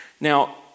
Now